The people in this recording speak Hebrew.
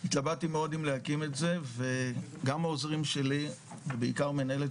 התלבטתי מאוד אם להקים את זה וגם העוזרים שלי ובעיקר מנהלת